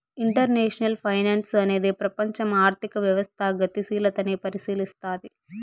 international finance అనేది ప్రపంచం ఆర్థిక వ్యవస్థ గతిశీలతని పరిశీలస్తది